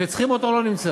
כשצריכים אותו הוא לא נמצא.